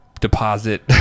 deposit